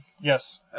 Yes